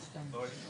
הצבעה בעד,